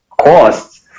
costs